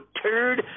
turd